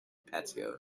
patio